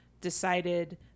decided